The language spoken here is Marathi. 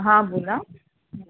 हां बोला